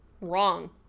Wrong